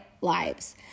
lives